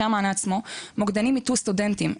אחרי המענה עצמו מוקדנים איתרו סטודנטים.